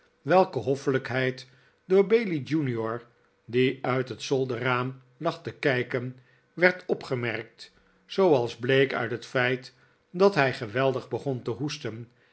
welke hoffelijkheid door bailey junior die uit het zolderraam lag te kijken werd opgemerkt zooals hleek uit het feit dat hij geweldig begon te hoesten